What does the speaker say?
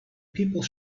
people